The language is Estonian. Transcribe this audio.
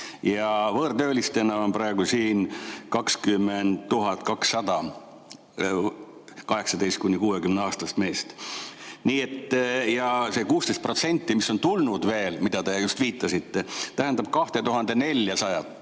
ja võõrtöölistena on praegu siin 20 200 18–60‑aastast meest. Ja see 16%, mis on tulnud veel, millele te viitasite, tähendab 2400,